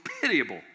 pitiable